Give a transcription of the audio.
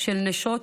של נשות